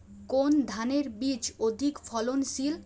কোন ধানের বীজ অধিক ফলনশীল?